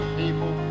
people